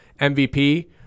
MVP